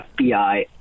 FBI